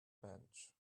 bench